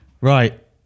Right